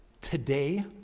today